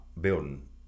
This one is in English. building